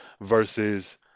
versus